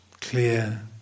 clear